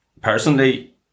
Personally